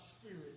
spirit